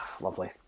Lovely